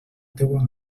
teua